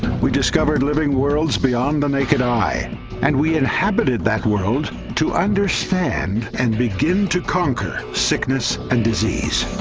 we discovered living worlds beyond the naked eye and we inhabited that world to understand and begin to conquer sickness and disease